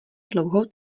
dlouhou